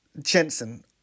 Jensen